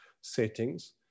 settings